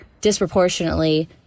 disproportionately